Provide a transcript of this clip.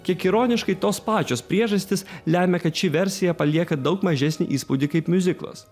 kiek ironiškai tos pačios priežastys lemia kad ši versija palieka daug mažesnį įspūdį kaip miuziklas